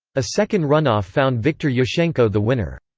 a second runoff found viktor yushchenko the winner.